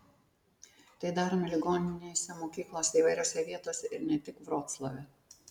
tai darome ligoninėse mokyklose įvairiose vietose ir ne tik vroclave